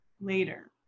later